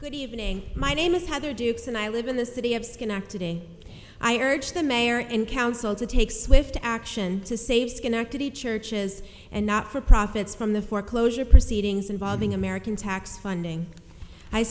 good evening my name is heather dukes and i live in the city of schenectady i urge the mayor and council to take swift action to save schenectady churches and not for profits from the foreclosure proceedings involving american tax funding i